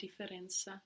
differenza